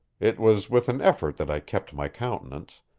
it was with an effort that i kept my countenance,